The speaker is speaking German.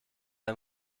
ein